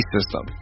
System